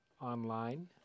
online